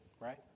right